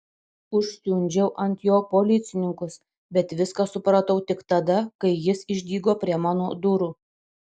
užsiundžiau ant jo policininkus bet viską supratau tik tada kai jis išdygo prie mano durų